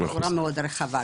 בצורה מאד רחבה,